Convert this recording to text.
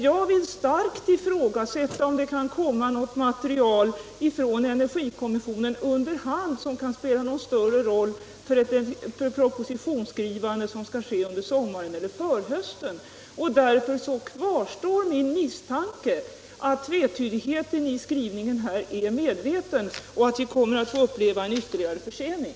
Jag vill starkt ifrågasätta om det ens under hand kan komma något material från energikommissionen, vilket kan spela någon större roll för propositionsskrivandet under sommaren eller förhösten. Därför kvarstår min misstanke om att tvetydigheten i skrivningen är medveten och att vi kommer att få uppleva en ytterligare försening.